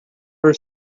her